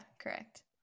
correct